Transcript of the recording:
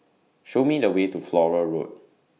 Show Me The Way to Flora Road